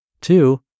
Two